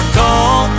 call